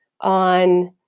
on